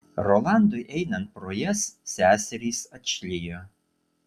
rolandui einant pro jas seserys atšlijo